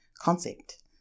concept